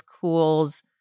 cools